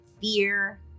fear